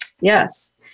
Yes